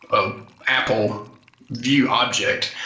a apple view object.